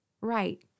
right